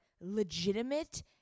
legitimate